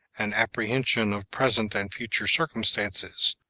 and apprehension of present and future circumstances,